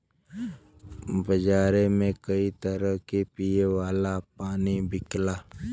बजारे में कई तरह क पिए वाला पानी बिकला